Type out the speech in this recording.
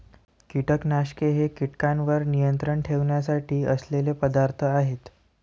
कीटकनाशके हे कीटकांवर नियंत्रण ठेवण्यासाठी असलेले पदार्थ आहेत